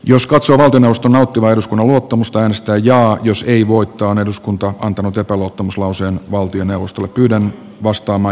jos katsoo myös valtioneuvosto eduskunnan luottamusta omistajaa jos ei voittoon eduskunta on antanut epäluottamuslauseen valtioneuvostolle pyydän ostama